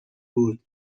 بود